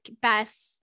best